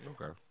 Okay